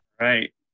right